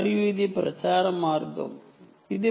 మరియు ఇది propagation path